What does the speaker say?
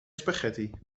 spaghetti